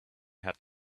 had